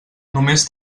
només